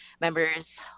members